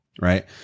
right